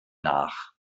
nach